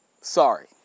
Sorry